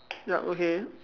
yup okay